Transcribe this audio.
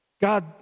God